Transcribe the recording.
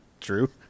true